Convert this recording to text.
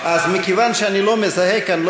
מכיוון שאני לא מזהה כאן,